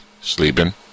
Sleeping